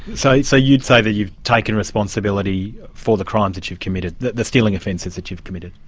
so so you'd say that you've taken responsibility for the crimes that you've committed, the the stealing offences that you've committed?